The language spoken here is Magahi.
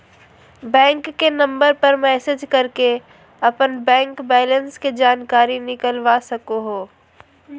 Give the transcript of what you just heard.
बैंक के नंबर पर मैसेज करके अपन बैंक बैलेंस के जानकारी निकलवा सको हो